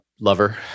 lover